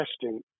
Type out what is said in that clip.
testing